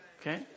Okay